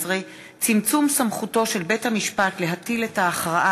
18) (צמצום סמכותו של בית-המשפט להטיל את ההכרעה